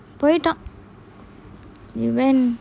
போய்ட்டான்:poitan he went